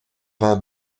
vingt